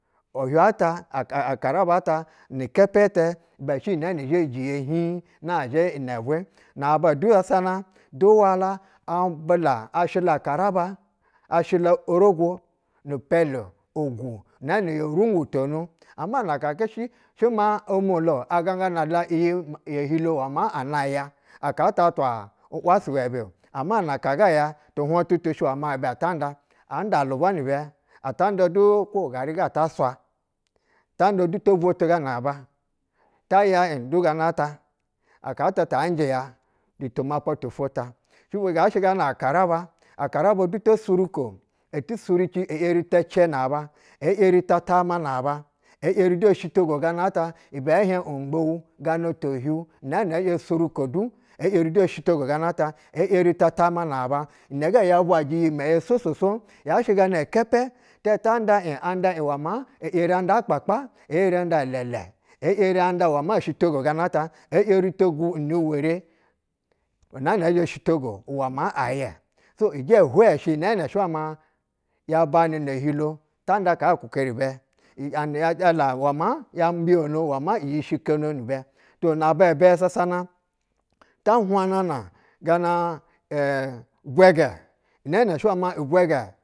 Ohiu ata aka akaraba ta, ni kɛpɛ etɛ ibɛ shɛ uji nɛ zhɛ ye jiye hig nazhɛ inɛ vwe na ba du bas a hiŋ nazhɛ inɛ vwɛ naba du bas a na duwa la abilo bas hila karaba a shila arogwo nipɛlu yo- ogwu naa na yo rungutonu ama na ka go du shɛ ma omwola-o aganga na iyi yo hilo uwɛ ma ana ya. Aka ta atwa’ wa su wɛ bɛ. amma naka ga tu hwaŋ tutu shɛ wɛ ma ta saya auda alubwa ni bɛ, ata nda du kwo gari ga atwa swa, ta nƌa du to vwo tiga na ba ta ya iŋ duga na ta. Aatata aujɛ natumapa tu fwo ta shibwo gana akaraba ti yeri to surako eti sunci e erita cɛ na ba e eri ta taama na ba eeri du oshitogo ganata, iŋɛ ɛhiɛŋ ongbou gana to hiu naana eri osuruko du eyori shitogo ganata e’ yeri da ata taama na ba. Inɛ ya bwajɛ iyimɛyɛ swoŋ swoŋ shoŋ. Yashɛ gawu kɛpɛ ti zhɛ tanda iŋ e’ yeri anda in uwɛ ma e’ yeri auda akpakpa, e’ yeri anda ɛlɛlɛ e’yeri nda iŋ uwɛ ma shiteji ganata e’ yeri togu iŋ nu were na na ɛzhɛ shitogo uwɛ maa ayɛ so ijɛ hwɛ ibɛ uwɛ, ya banɛ no ohilo, tanda kaa ukukeri bɛ law ya jala uwɛma yo mbiyono wɛ maa iyi shikono ni hwɛ. Na babɛ sasana ta hwaŋ na na gana iɛ vwɛgɛ! Naashɛ nwɛ ma ivwɛgɛ.